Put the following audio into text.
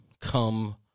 Come